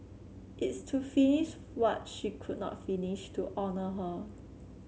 it's to finish what she could not finish to honour her